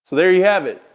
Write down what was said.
there you have it!